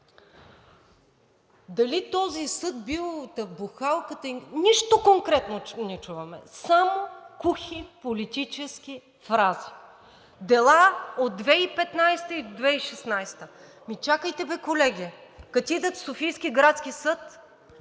Дали този съд бил, та бухалката им… Нищо конкретно не чуваме. Само кухи, политически фрази. Дела от 2015 г. и 2016 г. Чакайте бе, колеги, като отидат в Софийския градски съд,